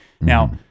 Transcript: Now